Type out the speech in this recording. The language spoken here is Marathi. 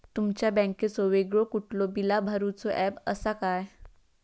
तुमच्या बँकेचो वेगळो कुठलो बिला भरूचो ऍप असा काय?